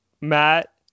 matt